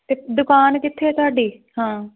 ਅਤੇ ਦੁਕਾਨ ਕਿੱਥੇ ਆ ਤੁਹਾਡੀ ਹਾਂ